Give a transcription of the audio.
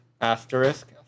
asterisk